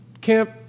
camp